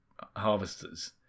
harvesters